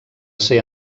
ser